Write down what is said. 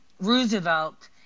Roosevelt